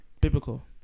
biblical